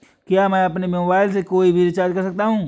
क्या मैं अपने मोबाइल से कोई भी रिचार्ज कर सकता हूँ?